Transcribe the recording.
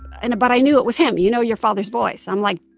and but i knew it was him. you know your father's voice. i'm like,